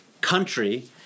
country